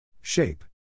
Shape